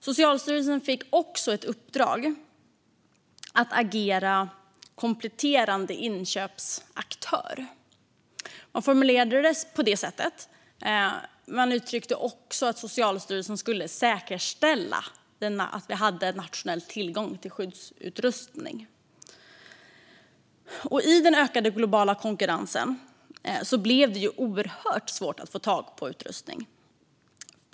Socialstyrelsen fick också ett uppdrag att agera kompletterande inköpsaktör - man formulerade det på det sättet. Man uttryckte också att Socialstyrelsen skulle säkerställa en nationell tillgång till skyddsutrustning. I den ökade globala konkurrensen blev det oerhört svårt att få tag på utrustning.